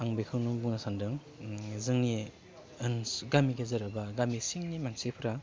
आं बिखौनो बुंनो सानदों जोंनि गामि गेजेर एबा गामि सिंनि मानसिफ्रा